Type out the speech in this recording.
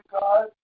God